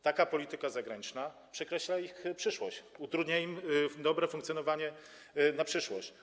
Taka polityka zagraniczna przekreśla ich przyszłość, utrudnia im dobre funkcjonowanie w przyszłości.